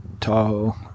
Tahoe